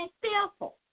fearful